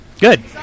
good